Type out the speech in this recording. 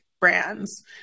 brands